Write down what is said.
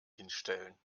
hinstellen